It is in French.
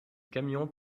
camion